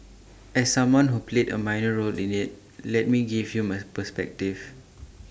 as someone who played A minor role in IT let me give you my perspective